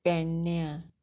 पेडण्या